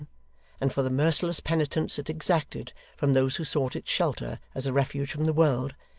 and for the merciless penitence it exacted from those who sought its shelter as a refuge from the world,